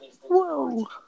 Whoa